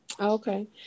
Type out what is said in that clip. Okay